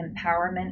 empowerment